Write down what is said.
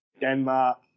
Denmark